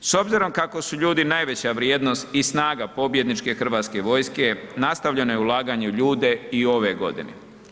S obzirom kako su ljudi najveća vrijednost i snaga pobjedničke Hrvatske vojske nastavljeno je ulaganje u ljude i u ovoj godini.